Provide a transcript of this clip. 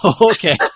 Okay